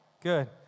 Good